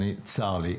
צר לי,